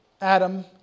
Adam